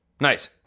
Nice